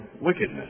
wickedness